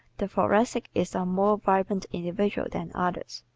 the thoracic is a more vibrant individual than others.